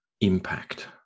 impact